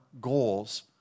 goals